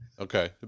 Okay